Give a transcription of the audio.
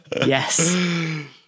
yes